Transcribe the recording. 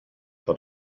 dot